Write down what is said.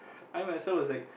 I myself was like